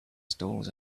stalls